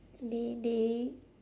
they they